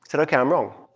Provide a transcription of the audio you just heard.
said, ok, i'm wrong.